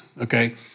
okay